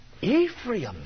Ephraim